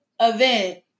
event